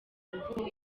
mvugo